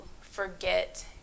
forget